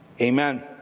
Amen